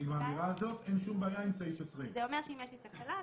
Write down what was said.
עם האמירה הזאת אין שום בעיה עם סעיף 20. זה אומר שאם יש לי תקלה,